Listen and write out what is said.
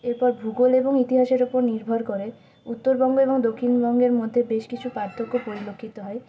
এরপর ভূগোল এবং ইতিহাসের উপর নির্ভর করে উত্তরবঙ্গ এবং দক্ষিণবঙ্গের মধ্যে বেশ কিছু পার্থক্য পরিলক্ষিত হয়